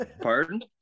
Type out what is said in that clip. Pardon